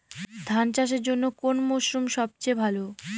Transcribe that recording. ধান চাষের জন্যে কোন মরশুম সবচেয়ে ভালো?